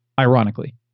ironically